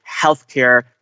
healthcare